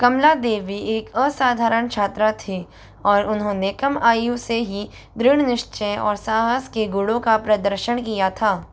कमला देवी एक असाधारण छात्रा थी और उन्होंने कम आयु से ही दृढ़ निश्चय और साहस के गुणों का प्रदर्शन किया था